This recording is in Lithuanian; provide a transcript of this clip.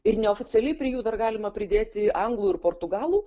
ir neoficialiai prie jų dar galima pridėti anglų ir portugalų